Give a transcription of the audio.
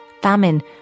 Famine